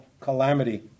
calamity